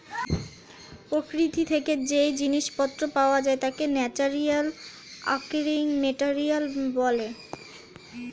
প্রকৃতি থেকে যেই জিনিস পত্র পাওয়া যায় তাকে ন্যাচারালি অকারিং মেটেরিয়াল বলে